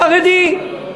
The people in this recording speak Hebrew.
חרדי.